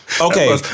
Okay